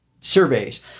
surveys